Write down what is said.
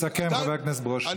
אני